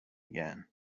again